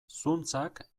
zuntzak